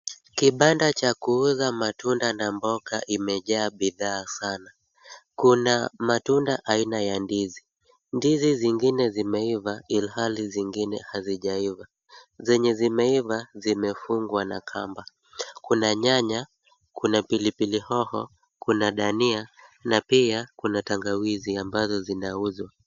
Kibanda cha kuuza matunda na mboga imejaa bidhaa sana. Kuna matunda aina ya ndizi. Ndizi zingine zimeiva ilhali zingine hazijaiva. Zenye zimeiva zimefungwa na kamba. Kuna nyanya, kuna pilipili hoho, kuna dania na pia kuna tangawizi ambazo zinauzwa.